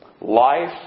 Life